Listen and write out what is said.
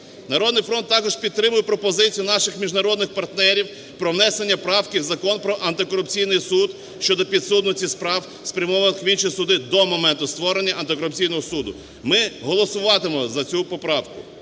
"Народний фронт" також підтримує пропозицію наших міжнародних партнерів про внесення правки в Закон про антикорупційний суд щодо підсудності справ, спрямованих в інші суди до моменту створення антикорупційного суду. Ми голосуватимемо за цю поправку.